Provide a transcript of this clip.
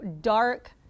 dark